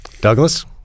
Douglas